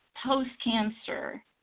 post-cancer